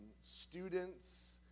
students